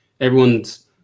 everyone's